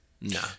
No